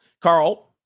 Carl